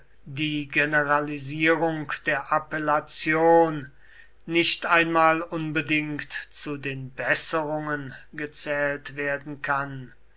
die generalisierung der appellation nicht einmal unbedingt zu den besserungen gezählt werden kann